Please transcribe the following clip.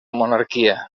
monarquia